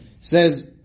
says